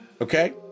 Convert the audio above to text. Okay